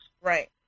Right